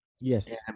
Yes